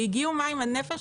הגיעו מים עד נפש,